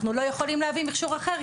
אנחנו לא יכולים להביא מכשור אחר,